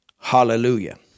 Hallelujah